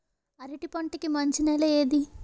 అరటి పంట కి మంచి నెల ఏది?